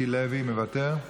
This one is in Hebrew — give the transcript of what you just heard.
מיקי לוי, מוותר,